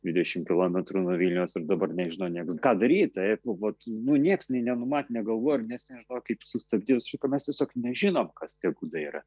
dvidešimt kilometrų nuo vilniaus ir dabar nežino nieks ką daryt tai vat nieks nei nenumatė negalvojo ir nieks nežinojo kaip sustabdyt šitą mes tiesiog nežinom kas tie gudai yra